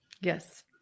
Yes